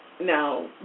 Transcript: Now